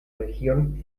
región